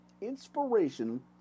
inspiration